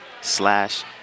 slash